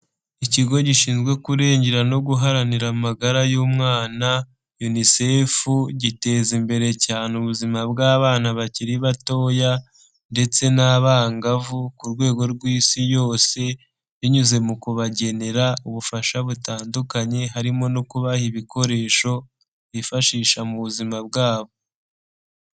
Ikigo gishinzwe kurengera no guharanira amagara y'umwana unisefu, giteza imbere cyane ubuzima bw'abana bakiri batoya, ndetse n'abangavu ku rwego rw'isi yose binyuze mu kubagenera ubufasha butandukanye, harimo no kubaha ibikoresho bifashisha mu buzima bwabo.